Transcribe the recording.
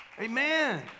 Amen